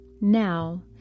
Now